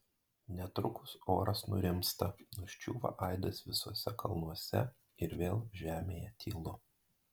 netrukus oras nurimsta nuščiūva aidas visuose kalnuose ir vėl žemėje tylu